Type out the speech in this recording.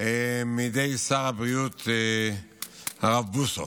מידי שר הבריאות הרב בוסו.